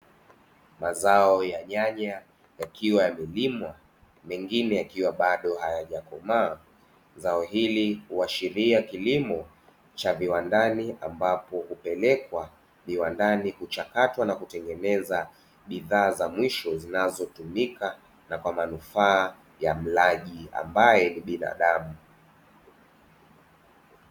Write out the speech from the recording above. Mazao ya nyanya yakiwa yamelimwa mengine yakiwa bado hayajakomaa zao hili huashiria kilimo cha viwandani, ambapo hupelekwa viwandani kuchakatwa na kutengeneza bidhaa za mwisho, zinazotumika na kwa manufaa ya mlaji ambaye ni binadamu.